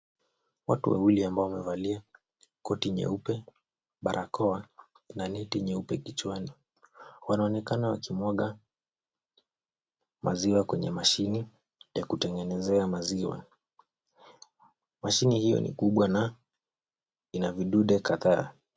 Watu wawili ambao wamevalia koti nyeupe, barakoa na neti nyeupe kichwani wanaonekana wakimwaga maziwa kwenye mashine kutengenezea maziwa. Mashine hiyo ni kubwa na ina vidude kadhaa.